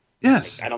Yes